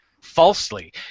falsely